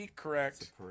Correct